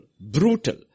Brutal